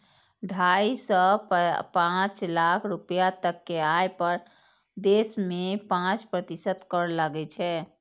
ढाइ सं पांच लाख रुपैया तक के आय पर देश मे पांच प्रतिशत कर लागै छै